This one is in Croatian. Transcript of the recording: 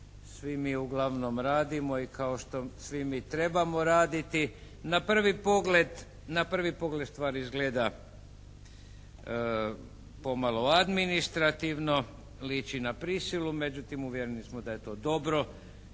svi mi uglavnom radimo i kao što svi mi trebamo raditi. Na prvi pogled stvar izgleda pomalo administrativno, liči na prisilu, međutim uvjereni smo da je to dobro